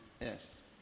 Yes